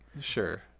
Sure